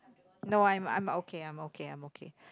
no I'm I'm okay I'm okay I'm okay